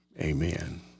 amen